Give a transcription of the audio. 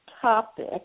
topic